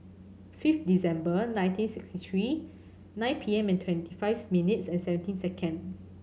fifth December nineteen sixty three nine P M and twenty five minutes and seventeen seconds